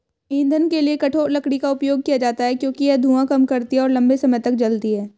ईंधन के लिए कठोर लकड़ी का उपयोग किया जाता है क्योंकि यह धुआं कम करती है और लंबे समय तक जलती है